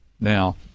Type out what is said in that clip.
Now